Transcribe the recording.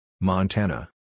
Montana